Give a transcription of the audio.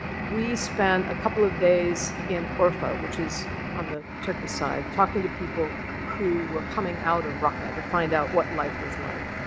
we spent a couple of days in urfa, which is on the turkish side, talking to people who were coming out of raqqa, to find out what life was like.